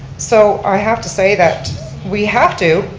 so i have to say that we have to